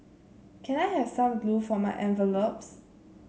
can I have some glue for my envelopes